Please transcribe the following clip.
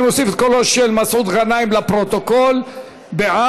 אני מוסיף את קולו של מסעוד גנאים לפרוטוקול, בעד.